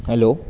hello